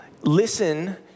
Listen